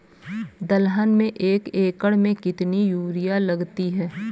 दलहन में एक एकण में कितनी यूरिया लगती है?